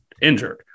injured